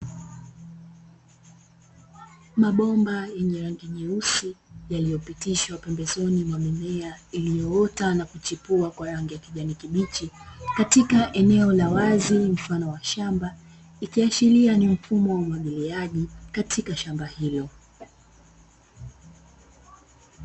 Mabomba yenye rangi nyeusi yaliyopitishwa pembezoni mwa mimea iliyoota na kuchipua kwa rangi ya kijani kibichi katika eneo la wazi mfano wa shamba, ikiashiria ni mfumo wa umwagiliaji katika shamba hilo.